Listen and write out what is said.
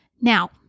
Now